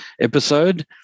episode